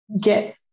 get